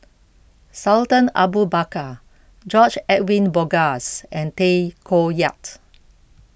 Sultan Abu Bakar George Edwin Bogaars and Tay Koh Yat